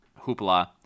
hoopla